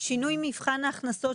"רופא מוסמך מרחבי" ו"רופא מוסמך מחוזי"